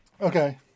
Okay